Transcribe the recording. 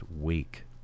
week